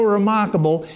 remarkable